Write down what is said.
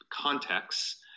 contexts